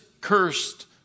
cursed